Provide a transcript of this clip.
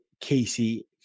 Casey